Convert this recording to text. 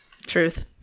Truth